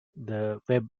web